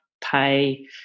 pay